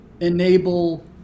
enable